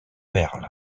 perl